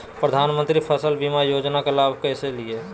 प्रधानमंत्री फसल बीमा योजना का लाभ कैसे लिये?